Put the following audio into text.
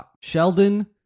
Sheldon